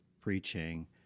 preaching